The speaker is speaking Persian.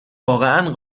واقعا